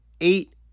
eight